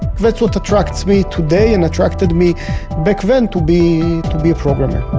that's what attracts me today, and attracted me back then to be be a programmer